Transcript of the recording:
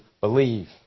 believe